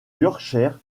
yorkshire